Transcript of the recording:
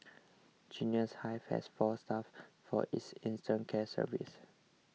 Genius Hive has four staff for its infant care services